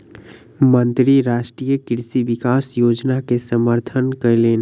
मंत्री राष्ट्रीय कृषि विकास योजना के समर्थन कयलैन